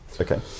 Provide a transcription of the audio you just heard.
Okay